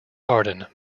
arden